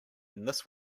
this